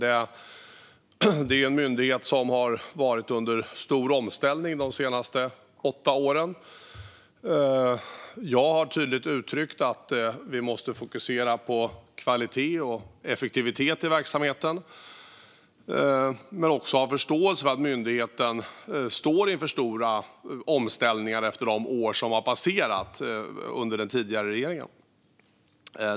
Det är en myndighet som har varit under stor omställning de senaste åtta åren. Jag har tydligt uttryckt att vi måste fokusera på kvalitet och effektivitet i verksamheten men också ha förståelse för att myndigheten står inför stora omställningar efter de år som har passerat under den tidigare regeringen.